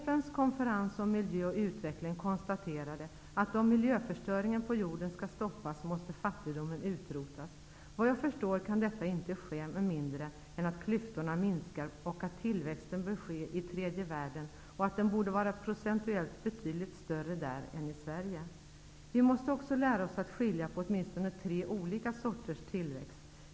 FN:s konferens om miljö och utveckling konstaterade att om miljöförstöringen på jorden skall stoppas måste fattigdomen utrotas. Vad jag förstår kan detta inte ske med mindre än att klyftorna minskar och att tillväxten sker i tredje världen. Procentuellt borde den vara betydligt större där än i Sverige. Vi måste också lära oss att skilja på åtminstone tre olika sorters tillväxt.